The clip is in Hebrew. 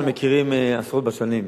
אנחנו מכירים עשרות בשנים.